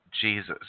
Jesus